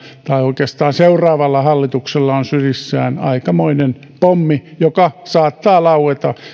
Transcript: tai oikeastaan seuraavalla hallituksella on sylissään aikamoinen pommi joka saattaa laueta